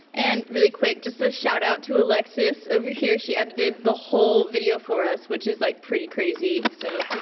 and really quick, just a shoutout to alexis over here. she edited the whole video for us, which is like pretty crazy. so